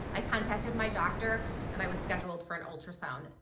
i contacted my doctor and i was scheduled for an ultrasound.